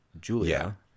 Julia